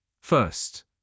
First